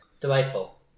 Delightful